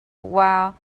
while